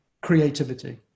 Creativity